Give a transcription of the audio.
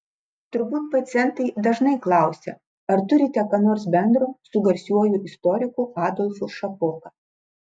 turbūt pacientai dažnai klausia ar turite ką nors bendro su garsiuoju istoriku adolfu šapoka